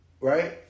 right